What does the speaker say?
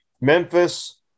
Memphis